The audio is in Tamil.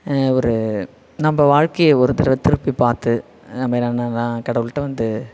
ஒரு நம்ம வாழ்க்கையை ஒரு தடவ திருப்பி பார்த்து நம்ம என்னென்னன்னால் கடவுள்கிட்ட வந்து